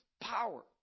power